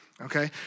okay